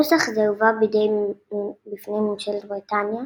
נוסח זה הובא בפני ממשלת בריטניה